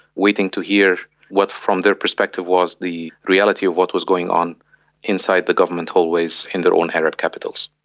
waiting to hear what from their perspective was the reality of what was going on inside the government always in their own arab capitals.